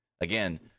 Again